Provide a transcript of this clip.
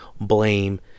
blame